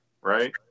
right